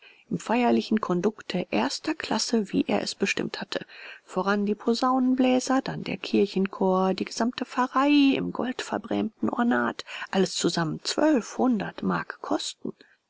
im feierlichen kondukte erster klasse wie er es bestimmt hatte voran die posaunenbläser dann der kirchenchor die gesamte pfarrei im goldverbrämten ornat alles zusammen zwölfhundert mark kosten